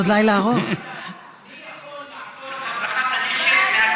אישום באחוזים בודדים במרבית היישובים הערביים,